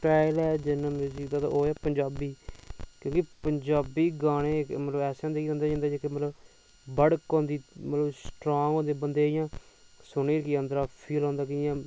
ते ओह् ऐ पंजाबी पंजाबी गाने मतलव ऐसे होंदे कि बढक होंदी मतलव स्ट्रांग होंदे सुनियै अंदरां दा फील आंदी ऐ